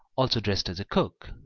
also dressed as a cook,